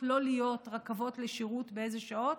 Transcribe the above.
לא להיות רכבות לשירות ובאיזה שעות.